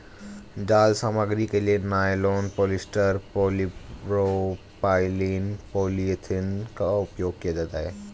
जाल सामग्री के लिए नायलॉन, पॉलिएस्टर, पॉलीप्रोपाइलीन, पॉलीएथिलीन का उपयोग किया जाता है